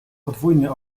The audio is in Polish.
podwójny